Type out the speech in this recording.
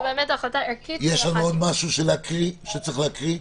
יש עוד משהו שצריך להקריא?